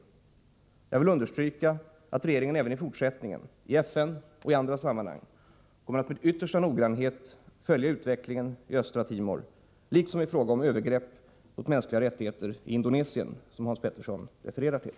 Jag vill 11 januari 1985 understryka att regeringen även i fortsättningen, i FN och i andra sammanhang, kommer att med yttersta noggrannhet följa utvecklingen i Östra Timor liksom i fråga om övergrepp mot mänskliga rättigheter i Indonesien, som Hans Petersson refererar till.